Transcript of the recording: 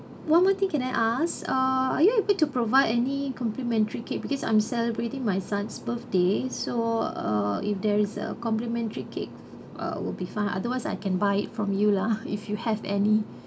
one more thing can I ask uh are you able to provide any complimentary cake because I'm celebrating my son's birthday so uh if there is a complimentary cake uh will be fine otherwise I can buy it from you lah if you have any